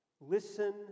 Listen